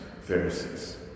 Pharisees